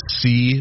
see